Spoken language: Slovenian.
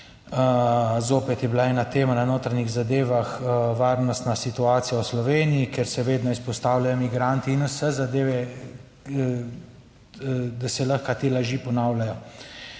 zopet je bila ena tema na notranjih zadevah, varnostna situacija v Sloveniji, kjer se vedno izpostavljajo migranti in vse zadeve, da se lahko te laži ponavljajo.